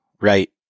right